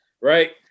right